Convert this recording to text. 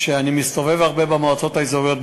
שאני מסתובב הרבה במועצות האזוריות,